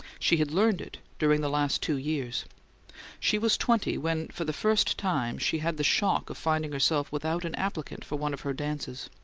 she had learned it during the last two years she was twenty when for the first time she had the shock of finding herself without an applicant for one of her dances.